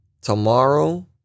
tomorrow